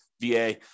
VA